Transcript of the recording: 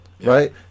right